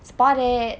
spot it